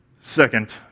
Second